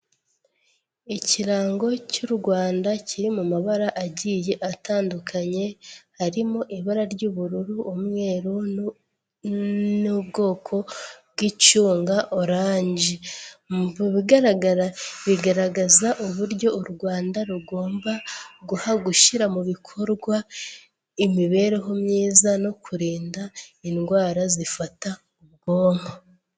Ikirango cy'u Rwanda kiri mu mabara agiye atandukanye arimo ibara ry'ubururu, umweru n'ubwoko bw'icunga oranje. Mu bigaragara bigaragaza uburyo u Rwanda rugomba gushyira mu bikorwa imibereho myiza no kurinda indwara zifata ubwonko.